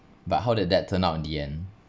but how did that turn out in the end